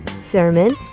Sermon